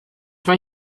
mae